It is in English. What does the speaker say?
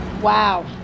Wow